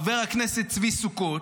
חבר הכנסת צבי סוכות,